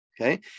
okay